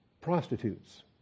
prostitutes